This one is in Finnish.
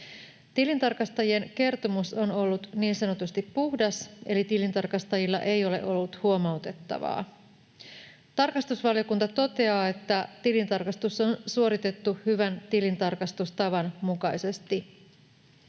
Tilintarkastajien kertomus on ollut niin sanotusti puhdas, eli tilintarkastajilla ei ole ollut huomautettavaa. Tarkastusvaliokunta toteaa, että tilintarkastus on suoritettu hyvän tilintarkastustavan mukaisesti.